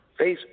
Facebook